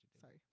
Sorry